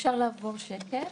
אפשר לעבור שקף.